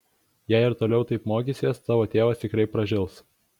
jei ir toliau taip mokysies tavo tėvas tikrai pražils